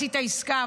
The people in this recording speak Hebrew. עשית עסקה.